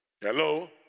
Hello